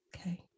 okay